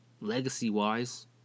legacy-wise